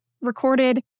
recorded